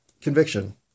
conviction